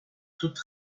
toute